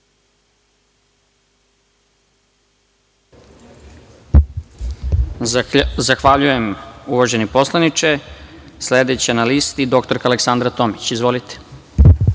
Zahvaljujem, uvaženi poslaniče. Sledeća na listi, dr Aleksandra Tomić. Izvolite.